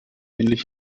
ähnlich